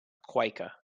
quaker